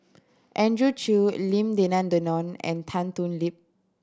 Andrew Chew Lim Denan Denon and Tan Thoon Lip